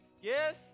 Yes